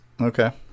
Okay